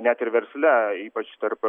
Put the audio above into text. net ir versle ypač tarp